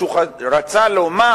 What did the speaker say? שהוא רצה לומר,